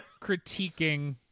critiquing